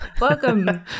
Welcome